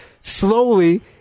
slowly